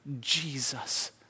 Jesus